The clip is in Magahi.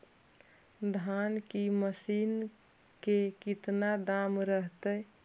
धान की मशीन के कितना दाम रहतय?